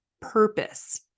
purpose